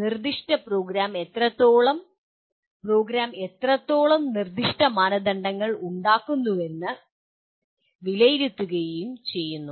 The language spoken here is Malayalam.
നിർദ്ദിഷ്ട പ്രോഗ്രാം എത്രത്തോളം നിർദ്ദിഷ്ട മാനദണ്ഡങ്ങൾ പാലിക്കുന്നുവെന്ന് വിലയിരുത്തുകയും ചെയ്യുന്നു